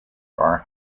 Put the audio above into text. are